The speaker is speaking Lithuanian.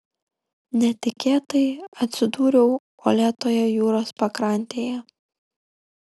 netikėtai atsidūriau uolėtoje jūros pakrantėje